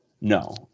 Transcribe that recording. no